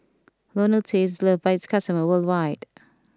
Ionil T is loved by its customers worldwide